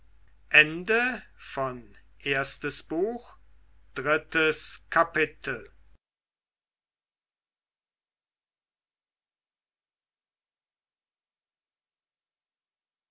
erstes buch erstes kapitel